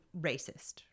racist